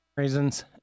reasons